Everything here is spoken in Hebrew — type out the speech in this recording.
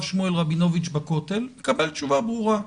שמואל רבינוביץ' בכותל מקווה תשובה ברורה: